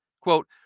Quote